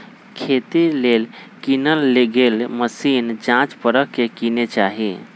खेती लेल किनल गेल मशीन जाच परख के किने चाहि